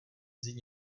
vzít